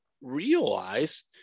realize